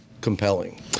compelling